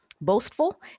boastful